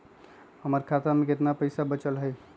हमर खाता में केतना पैसा बचल हई?